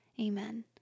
amen